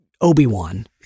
Obi-Wan